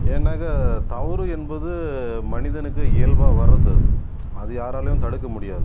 ஏன்னாக்கா தவறு என்பது மனிதனுக்கு இயல்பாக வர்றது அது அது யாராலேயும் தடுக்க முடியாது